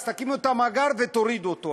אז תקימו את המאגר, ותורידו אותו.